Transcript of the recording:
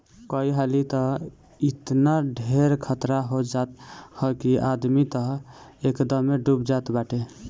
कई हाली तअ एतना ढेर खतरा हो जात हअ कि आदमी तअ एकदमे डूब जात बाटे